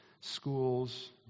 schools